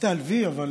אל תיעלבי, אבל